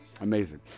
amazing